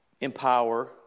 empower